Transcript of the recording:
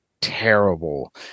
terrible